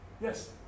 Yes